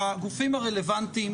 שלמען הגילוי הנאות,